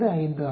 625 ஆகும்